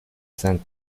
سنت